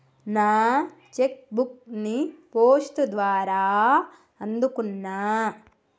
నా cheque book ని post ద్వారా అందుకున్నా